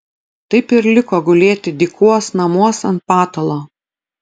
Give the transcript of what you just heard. taip ir liko gulėti dykuos namuos ant patalo